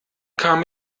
kam